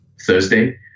Thursday